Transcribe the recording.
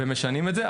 ומשנים את זה.